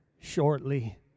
shortly